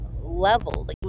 levels